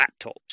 laptops